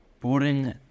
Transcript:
Boarding